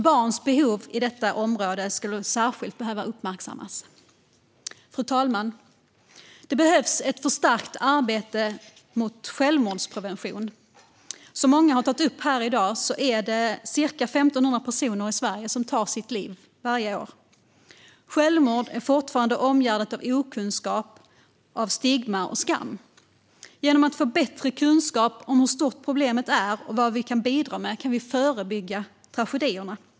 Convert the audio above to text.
Barns behov på detta område skulle särskilt behöva uppmärksammas. Fru talman! Det behövs ett förstärkt arbete med självmordsprevention. Som många har tagit upp här i dag är det varje år ca 1 500 personer som tar sitt liv i Sverige. Självmord är fortfarande omgärdat av okunskap, stigma och skam. Genom att få bättre kunskap om hur stort problemet är och vad vi kan bidra med kan vi förebygga tragedierna.